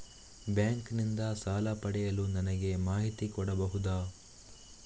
Bank ನಿಂದ ಸಾಲ ಪಡೆಯಲು ನನಗೆ ಮಾಹಿತಿ ಕೊಡಬಹುದ?